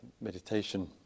Meditation